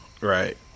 Right